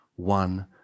One